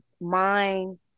mind